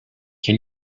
can